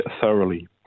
thoroughly